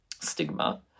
stigma